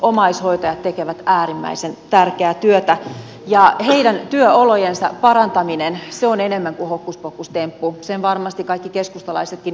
omaishoitajat tekevät äärimmäisen tärkeää työtä ja heidän työolojensa parantaminen on enemmän kuin hokkuspokkustemppu sen varmasti kaikki keskustalaisetkin ymmärtävät